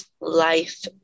life